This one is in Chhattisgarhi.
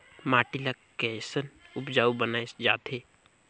माटी ला कैसन उपजाऊ बनाय जाथे?